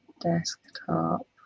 Desktop